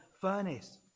furnace